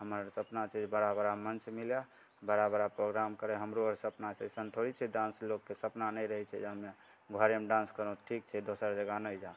हमर सपना छै जे बड़ा बड़ा मञ्च मिलै बड़ा बड़ा प्रोग्राम करै हमरो आओर सपना छै अइसन थोड़ी छै लोकके सपना नहि रहै छै जे हमे घरेमे डान्स करोँ ठीक छै दोसर जगह नहि जा